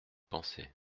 pensez